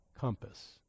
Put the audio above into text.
compass